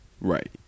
Right